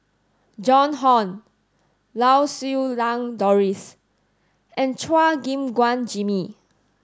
Joan Hon Lau Siew Lang Doris and Chua Gim Guan Jimmy